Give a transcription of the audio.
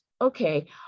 okay